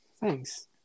Thanks